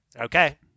okay